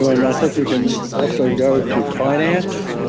i mean i think we can also go to finance,